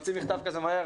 נוציא מכתב כזה מהר.